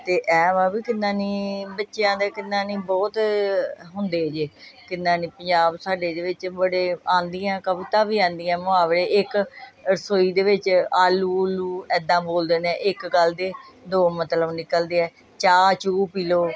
ਅਤੇ ਇਹ ਵਾ ਵੀ ਕਿੰਨਾ ਨਹੀਂ ਬੱਚਿਆਂ ਦੇ ਕਿੰਨਾ ਨਹੀਂ ਬਹੁਤ ਹੁੰਦੇ ਜੇ ਕਿੰਨਾ ਨਹੀਂ ਪੰਜਾਬ ਸਾਡੇ ਦੇ ਵਿੱਚ ਬੜੇ ਆਉਂਦੀਆਂ ਕਵਿਤਾ ਵੀ ਆਉਂਦੀਆਂ ਮੁਹਾਵਰੇ ਇੱਕ ਰਸੋਈ ਦੇ ਵਿੱਚ ਆਲੂ ਉਲੂ ਐਦਾਂ ਬੋਲ ਦਿੰਦੇ ਆ ਇੱਕ ਗੱਲ ਦੇ ਦੋ ਮਤਲਬ ਨਿਕਲਦੇ ਆ ਚਾਹ ਚੂਹ ਪੀ ਲਉ